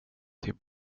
till